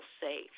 safe